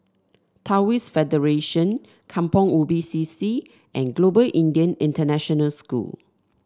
Taoist Federation Kampong Ubi C C and Global Indian International School